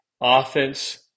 offense